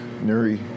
Nuri